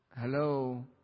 Hello